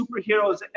superheroes